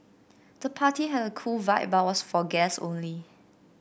the party had a cool vibe but was for guests only